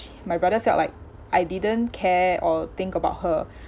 my brother felt like I didn't care or think about her